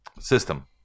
system